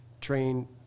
train